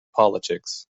politics